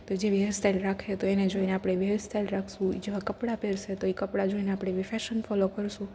તો જેવી hair style રાખે તો એને જોઈને આપણે એવી હેર સ્ટાઈલ રાખશુ ઈ જેવા કપડા પેરસે તો ઈ કપડા જોઈને આપડે એવી ફેશન ફોલો કરશું